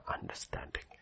understanding